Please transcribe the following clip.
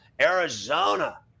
Arizona